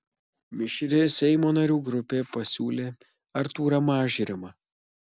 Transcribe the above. mišri seimo narių grupė pasiūlė artūrą mažrimą